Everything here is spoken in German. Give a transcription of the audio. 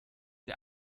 der